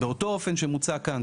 באותו אופן שמוצע כאן,